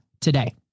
today